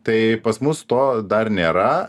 tai pas mus to dar nėra